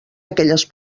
aquelles